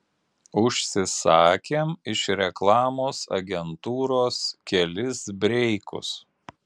užsisakėm iš reklamos agentūros kelis breikus